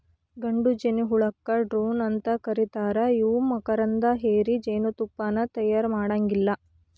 ಗಂಡು ಜೇನಹುಳಕ್ಕ ಡ್ರೋನ್ ಅಂತ ಕರೇತಾರ ಇವು ಮಕರಂದ ಹೇರಿ ಜೇನತುಪ್ಪಾನ ತಯಾರ ಮಾಡಾಂಗಿಲ್ಲ